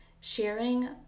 sharing